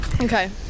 Okay